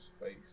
space